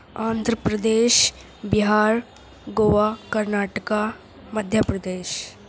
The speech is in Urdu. آندھرپردیش بہار گوا کرناٹک مدھیہ پردیش